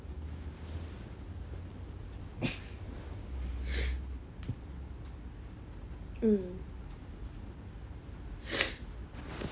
mm